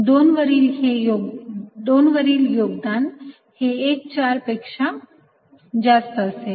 2 वरील योगदान हे 1 4 पेक्षा जास्त असेल